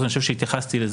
אני חושב שהתייחסתי לזה,